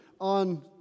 on